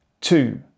two